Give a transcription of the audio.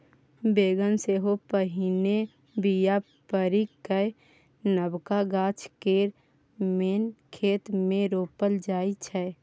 बेगन सेहो पहिने बीया पारि कए नबका गाछ केँ मेन खेत मे रोपल जाइ छै